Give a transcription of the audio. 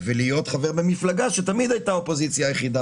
ולהיות חבר במפלגה שתמיד הייתה האופוזיציה היחידה